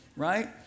Right